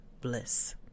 bliss